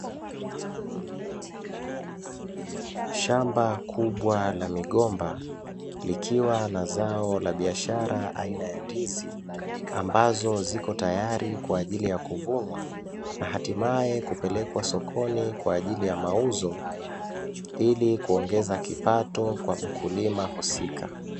Shamba kubwa la migomba likiwa na zao la biashara aina ya ndizi ambazo zipo tayari kwa ajili ya kuvunwa, na hatimaye kupelekwa sokoni kwa ajili ya mauzo ili kuongeza kipato kwa mkulima husika.